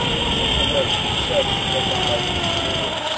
and took away the treasures of the house of the lord,